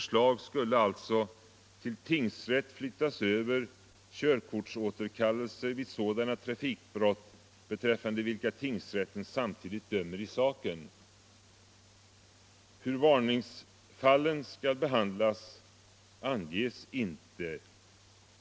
samtidigt dömer i saken. Hur varningsfallen skall behandlas anges inte.